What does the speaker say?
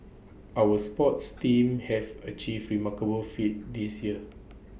our sports teams have achieved remarkable feats this year